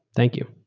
thank you.